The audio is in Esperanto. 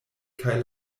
kaj